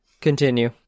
Continue